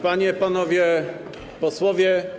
Panie, Panowie Posłowie!